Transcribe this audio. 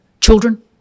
Children